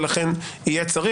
ולכן יהיה צריך.